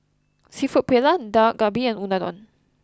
Seafood Paella Dak Galbi and Unadon